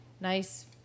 Nice